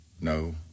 No